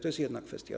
To jest jedna kwestia.